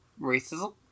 Racism